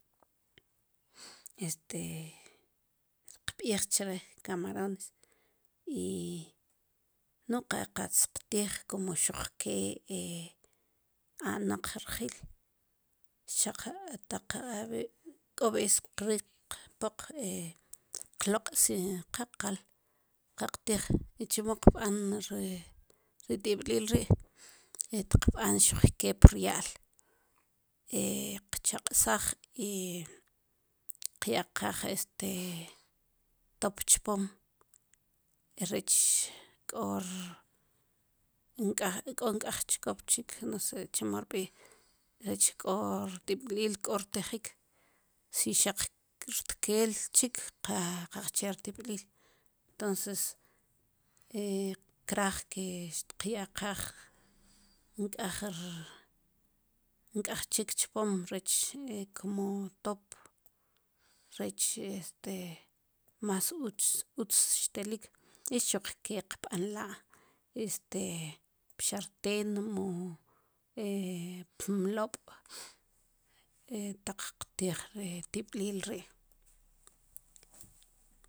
Este tqb'ij chre camarones i no qa qatz qtij kumo xuq ke e anaq rjil xaq ataq are' k'o vez qriq poq qloq' si qa qal qa qtij i chemo qb'qn ri tib'lil ri' tb'anxik pi rya'l e qchaq'saaj i qyaq'aj este top chpom rech k'or nk'ej k'o nk'ej chkop chik no se chemo rb'i rech k'o rtib'liil k'o rtijik sixaq rtkeel chik qa qaqche rtib'liil tonces e kraaj ke xteqyaqaj wu nk'ej r nk'ej chik chpom rech k'omo wu top rech este mas utz xtelik i xuq ke qb'anla' este pxarten mo e pmlob' e taq qtij ri tib'lil ri'